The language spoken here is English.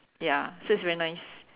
ya so it's very nice